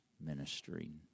ministering